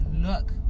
look